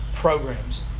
Programs